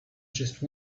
just